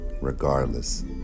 Regardless